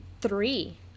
Three